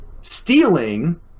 stealing